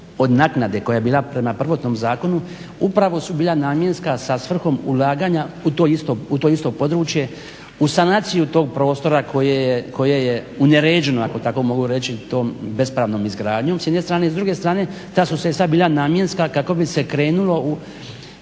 od naknade koja je bila prema prvotnom zakonu upravo su bila namjenska sa svrhom ulaganja u to isto područje u sanaciju tog prostora koje je uneređeno ako tamo mogu reći tom bespravnom izgradnjom s jedne strane i s druge strane ta su sredstva bila namjenska kako bi se krenulo iza